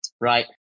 Right